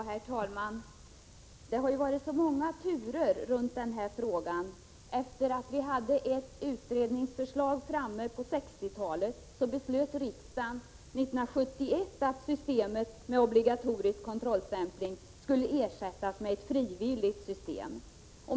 Herr talman! Det har varit många turer i denna fråga. Efter det att ett utredningsförslag lagts fram på 1960-talet beslöt riksdagen 1971 att systemet med obligatorisk kontrollstämpling skulle ersättas med ett frivilligsystem.